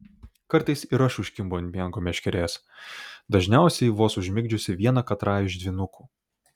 kartais ir aš užkimbu ant miego meškerės dažniausiai vos užmigdžiusi vieną katrą iš dvynukų